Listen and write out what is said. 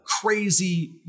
crazy